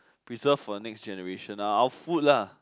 preserve for the next generation ou~ our food lah